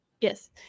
Yes